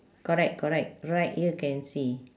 correct correct right here can see